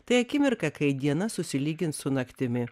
tai akimirka kai diena susilygins su naktimi